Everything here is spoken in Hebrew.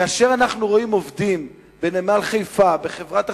כאשר אנחנו רואים עובדים בנמל חיפה, בחברת החשמל,